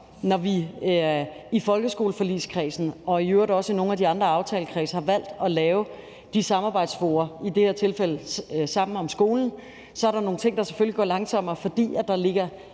når vi i folkeskoleforligskredsen og i øvrigt også i nogle af de andre aftalekredse har valgt at lave de forskellige samarbejdsfora, i det her tilfælde Sammen om skolen. Så er der nogle ting, der selvfølgelig går langsommere, fordi der ligger